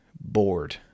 bored